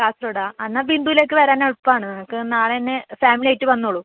കാസർഗോഡാ എന്നാ ബിന്ദുലേക്ക് വരാൻ എളുപ്പമാണ് നിങ്ങൾക്ക് നാളന്നെ ഫാമിലിയായിട്ട് വന്നോളു